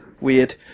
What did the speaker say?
weird